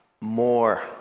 more